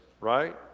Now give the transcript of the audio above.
right